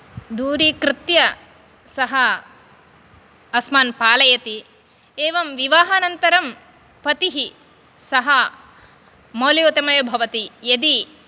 दूरीकृत्य सः अस्मान् पालयति एवं विवाहानन्तरं पतिः सः मौल्ययुतमेव भवति यदि